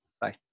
Bye